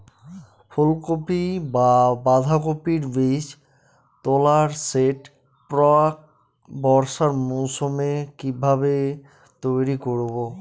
ফুলকপি বা বাঁধাকপির বীজতলার সেট প্রাক বর্ষার মৌসুমে কিভাবে তৈরি করব?